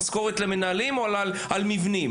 משכורת למנהלים או מבנים.